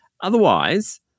otherwise